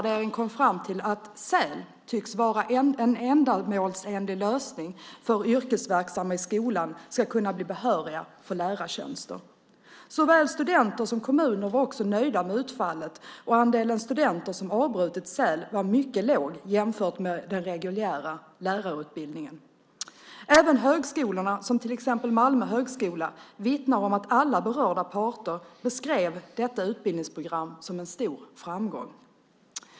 De kom fram till att SÄL tycktes vara en ändamålsenlig lösning för att yrkesverksamma i skolan skulle kunna bli behöriga för lärartjänster. Såväl studenter som kommuner var nöjda med utfallet, och andelen studenter som avbröt SÄL var mycket låg jämfört med den reguljära lärarutbildningen. Även högskolorna, till exempel Malmö högskola, vittnar om att alla berörda parter beskrivit utbildningsprogrammet som en stor framgång.